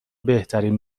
بهترین